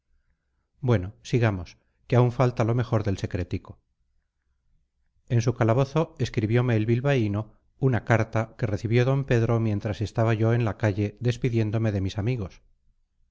bueno sigamos que aún falta lo mejor del secretico en su calabozo escribiome el bilbaíno una carta que recibió d pedro mientras estaba yo en la calle despidiéndome de mis amigos